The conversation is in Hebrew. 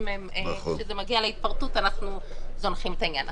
כשזה מגיע לפירוט אנחנו זונחים את העניין.